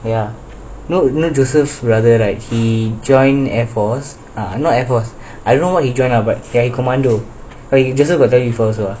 ya no no joseph brother right he joined air force ah not airforce I don't know what he join ah but